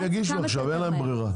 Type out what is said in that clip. הם יגישו עכשיו, אין להם ברירה.